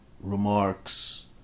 remarks